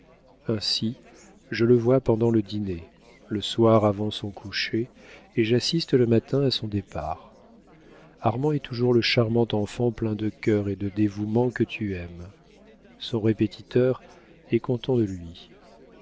ainsi je le vois pendant le dîner le soir avant son coucher et j'assiste le matin à son départ armand est toujours le charmant enfant plein de cœur et de dévouement que tu aimes son répétiteur est content de lui